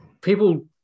people